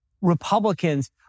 Republicans